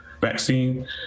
vaccine